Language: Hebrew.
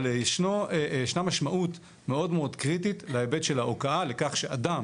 אבל ישנה משמעות מאוד-מאוד קריטית להיבט של ההוקעה לכך שאדם